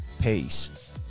Peace